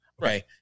Right